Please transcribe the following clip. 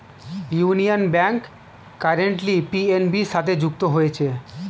union Bank currently PNB সাথে যুক্ত হয়েছে